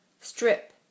Strip